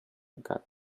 god